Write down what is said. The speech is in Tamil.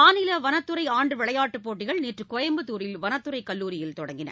மாநில வனத்தறை ஆண்டு விளையாட்டுப் போட்டிகள் நேற்று கோயம்புத்தூரில் வனத்துறை கல்லூரியில் தொடங்கின